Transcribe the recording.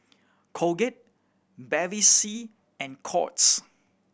Colgate Bevy C and Courts